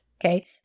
okay